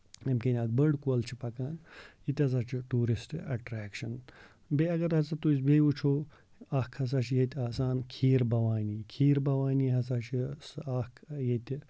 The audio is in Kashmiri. ییٚمہِ کِن اکھ بٔڑ کۄل چھِ پَکان یہِ تہِ ہسا چھُ ٹوٗرِسٹ ایٹریکشن بیٚیہِ اَگر ہسا تُہۍ بیٚیہِ وٕچھو اکھ ہسا چھِ ییٚتہِ آسان کھیٖر بَوانی کھیٖر بَناونہِ ہسا چھ سُہ اکھ ییٚتہِ